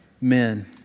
men